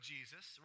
Jesus